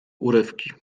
urywki